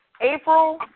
April